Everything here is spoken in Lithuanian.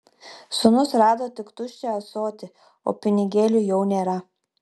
sūnus rado tik tuščią ąsotį o pinigėlių jau nėra